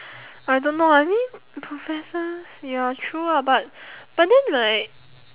I don't know I mean professors ya true ah but but then right